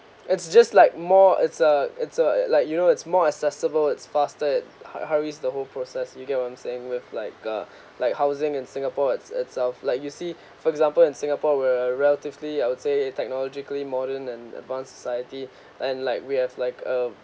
it's just like more it's uh it's uh like you know it's more accessible it's faster it hu~ hurries the whole process you get what I'm saying with like uh like housing in singapore it's itself like you see for example in singapore were relatively I would say technologically modern and advanced society and like we have like a